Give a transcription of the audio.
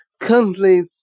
complete